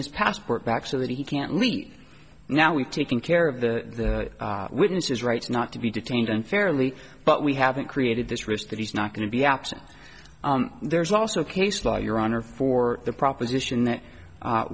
his passport back so that he can't leave now we've taken care of the witnesses rights not to be detained unfairly but we haven't created this risk that he's not going to be absent there's also case law your honor for the proposition that